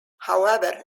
however